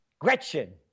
Gretchen